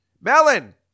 Melon